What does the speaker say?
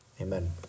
Amen